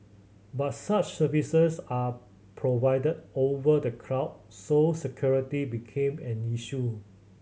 but such services are provided over the cloud so security became an issue